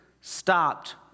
stopped